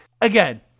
again